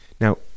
Now